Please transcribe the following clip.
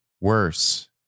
worse